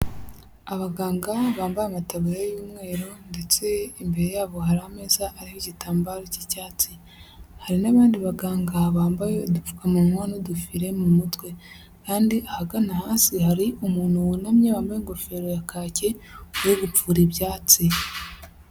Abaganga bambaye amataburiya y'umweru, ndetse imbere yabo hari ameza ariho igitambaro cy'icyatsi, hari n'abandi baganga bambaye udupfukamunwa n'udufire mu mutwe, kandi ahagana hasi hari umuntu wunamye, wambaye ingofero ya kaki uri gupfura ibyatsi.